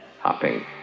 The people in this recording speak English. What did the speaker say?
hopping